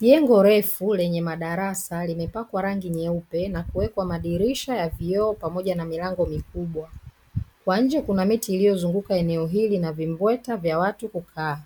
Jengo refu lenye madarasa limepakwa rangi nyeupe na kuwekwa madirisha ya vioo pamoja na milango mikubwa, kwa nje kuna miti iliyozunguka eneo hili na vimbweta vya watu kukaa,